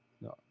no